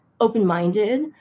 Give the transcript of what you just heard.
open-minded